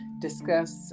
discuss